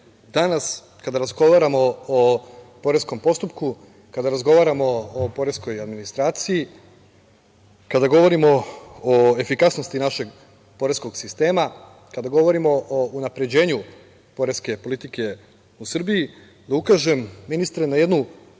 kada razgovaramo o poreskom postupku, kada razgovaramo o poreskoj administraciji, kada govorimo o efikasnosti našeg poreskog sistema, kada govorimo o unapređenju poreske politike u Srbiji, da ukažem ministre, na jednu